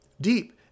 deep